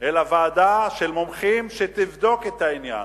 אלא ועדה של מומחים שתבדוק את העניין.